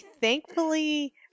thankfully